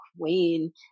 Queen